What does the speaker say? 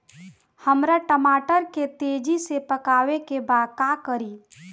हमरा टमाटर के तेजी से पकावे के बा का करि?